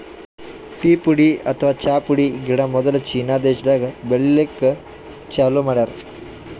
tea ಪುಡಿ ಅಥವಾ ಚಾ ಪುಡಿ ಗಿಡ ಮೊದ್ಲ ಚೀನಾ ದೇಶಾದಾಗ್ ಬೆಳಿಲಿಕ್ಕ್ ಚಾಲೂ ಮಾಡ್ಯಾರ್